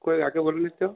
কই আগে বলোনি তো